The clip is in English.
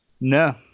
No